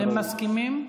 אתם מסכימים?